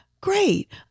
Great